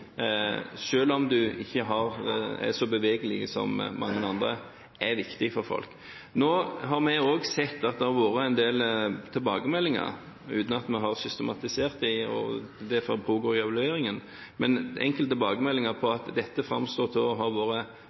om en ikke er så bevegelig som mange andre, er viktig for folk. Nå har vi også sett at det har vært en del tilbakemeldinger, uten at vi har systematisert dem, og det får vi også ta i evalueringen, men enkelte tilbakemeldinger på at dette framstår som å ha vært